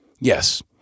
Yes